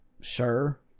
Sure